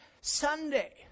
Sunday